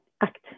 act